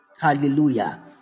hallelujah